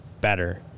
better